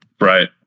Right